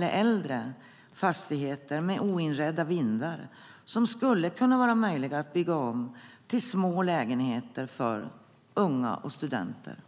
äldre fastigheter med oinredda vindar som skulle kunna byggas om till små lägenheter för unga och studenter.